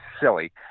silly